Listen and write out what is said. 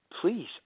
please